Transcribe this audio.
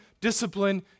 discipline